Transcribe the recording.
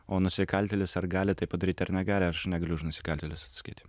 o nusikaltėlis ar gali tai padaryti ar negali aš negaliu už nusikaltėlius atsaktyti